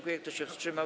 Kto się wstrzymał?